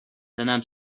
تنم